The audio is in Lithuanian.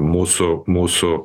mūsų mūsų